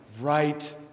right